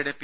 യുടെ പി